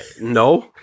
No